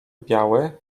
biały